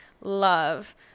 love